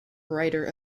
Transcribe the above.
writer